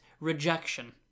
rejection